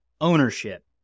ownership